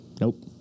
nope